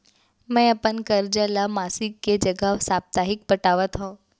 मै अपन कर्जा ला मासिक के जगह साप्ताहिक पटावत हव